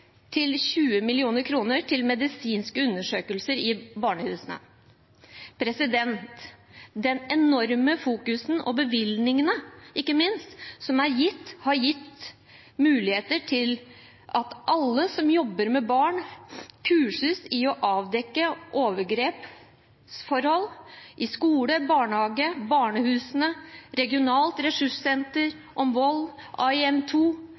til 20 mill. kr til medisinske undersøkelser i barnehusene. Det enorme fokuset og ikke minst de enorme bevilgningene som er gitt, har gitt mulighet til at alle som jobber med barn, kurses i å avdekke overgrepsforhold – skole, barnehage, barnehusene, Regionalt